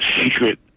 secret